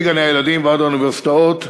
מגני-הילדים ועד האוניברסיטאות,